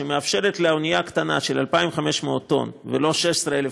שמאפשרת לאונייה קטנה של 2,500 טון ולא 16,000,